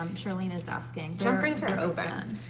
um charlene is asking. jump rings are open.